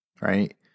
right